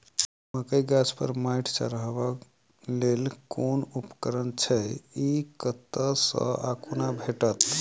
मकई गाछ पर मैंट चढ़ेबाक लेल केँ उपकरण छै? ई कतह सऽ आ कोना भेटत?